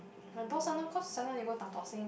my boss sometime cause sometime they go Tan Tock Seng